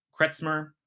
Kretzmer